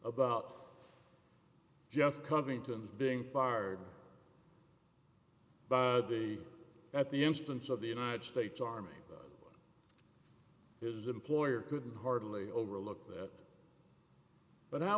about jeff covington's being fired by the at the instance of the united states army is employer couldn't hardly overlook that but now